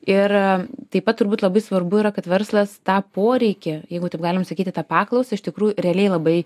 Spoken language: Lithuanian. ir taip pat turbūt labai svarbu yra kad verslas tą poreikį jeigu taip galim sakyti tą paklausą iš tikrųjų realiai labai